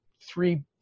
three